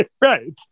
right